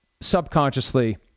subconsciously